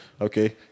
okay